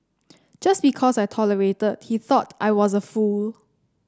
just because I tolerated he thought I was a fool